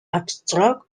abstract